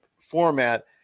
format